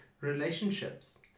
relationships